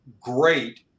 great